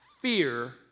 fear